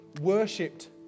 worshipped